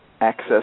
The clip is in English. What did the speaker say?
access